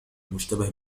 المشتبه